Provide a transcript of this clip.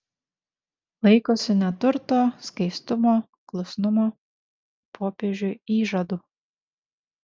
laikosi neturto skaistumo klusnumo popiežiui įžadų